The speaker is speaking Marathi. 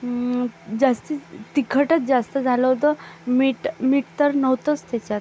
जास्ती तिखटच जास्त झालं होतं मीठ मीठ तर नव्हतंच त्याच्यात